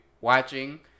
watching